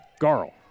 Garl